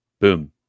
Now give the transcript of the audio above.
Boom